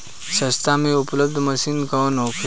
सस्ता में उपलब्ध मशीन कौन होखे?